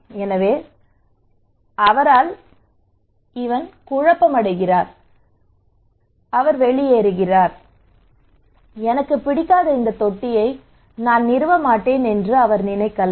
எனவே அவர் அவனால் குழப்பமடைகிறார் அவர் வெளியேறுகிறார் எனக்கு பிடிக்காத இந்த தொட்டியை நான் நிறுவ மாட்டேன் என்று அவர் நினைக்கலாம்